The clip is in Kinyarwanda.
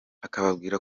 akababwira